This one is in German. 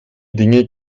dinge